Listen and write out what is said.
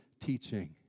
teaching